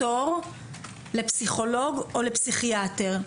תור לפסיכולוג ופסיכיאטר.